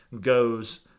goes